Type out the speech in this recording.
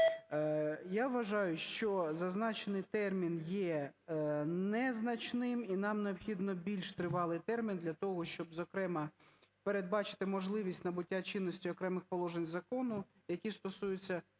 Я вважаю, що зазначений термін є незначним, і нам необхідно більш тривалий термін для того, щоб, зокрема, передбачити можливість набуття чинності окремих положень закону, які стосуються